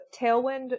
tailwind